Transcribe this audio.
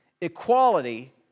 equality